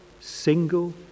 single